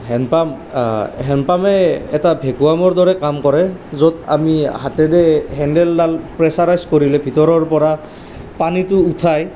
hand pump হেণ্ডপাম্পে এটা ভেকুৱামৰ দৰে কাম কৰে য'ত আমি হাতেৰে হেন্দেলডাল প্ৰেচাৰাইজ কৰিলে ভিতৰৰ পৰা পানীটো উঠাই